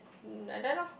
mm like that lah